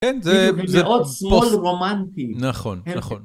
זה מאוד שמאל רומנטי